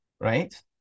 Right